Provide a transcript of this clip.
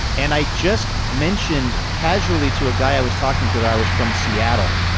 and i just mentioned casually to a guy i was talking to that was from seattle.